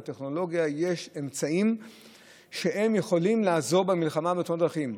בטכנולוגיה יש אמצעים שיכולים לעזור במלחמה בתאונות דרכים.